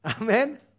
Amen